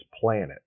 planet